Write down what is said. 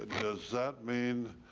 does that mean